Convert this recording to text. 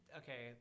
okay